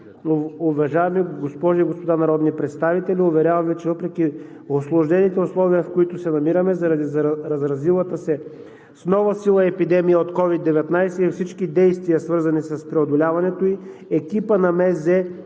Уважаеми госпожи и господа народни представители, уверявам Ви, че въпреки усложнените условия, в които се намираме заради разразилата се с нова сила епидемия от COVID-19 и всички действия, свързани с преодоляването им, екипът на